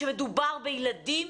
כשמדובר בילדים,